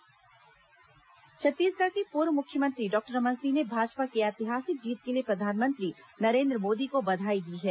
चुनाव प्रति िक्र या रमन सिंह छत्तीसगढ़ के पूर्व मुख्यमंत्री डॉक्टर रमन सिंह ने भाजपा की ऐतिहासिक जीत के लिए प्रधानमंत्री नरेन्द्र मोदी को बधाई दी है